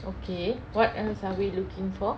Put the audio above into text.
okay what else are we looking for